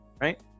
right